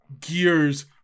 gears